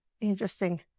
Interesting